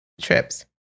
trips